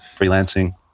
freelancing